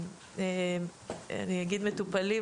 אני אגיד "מטופלים",